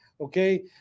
Okay